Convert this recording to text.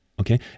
okay